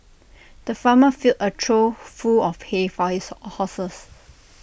the farmer filled A trough full of hay for his horses